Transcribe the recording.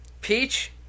Peach